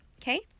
Okay